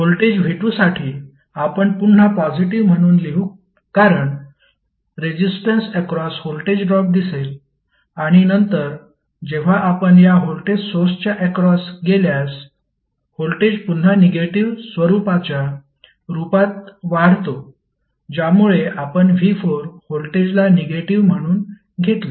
voltage v2 साठी आपण पुन्हा पॉजिटीव्ह म्हणून लिहू कारण रेजिस्टन्स अक्रॉस व्होल्टेज ड्रॉप दिसेल आणि नंतर जेव्हा आपण या व्होल्टेज सोर्सच्या अक्रॉस गेल्यास व्होल्टेज पुन्हा निगेटिव्ह स्वरुपाच्या रूपात वाढतो ज्यामुळे आपण v4 व्होल्टेजला निगेटिव्ह म्हणून घेतले